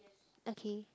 okay